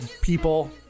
people